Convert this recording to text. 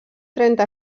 trenta